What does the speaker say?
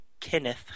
Kenneth